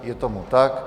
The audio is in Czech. Je tomu tak.